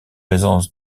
présence